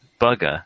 bugger